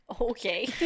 Okay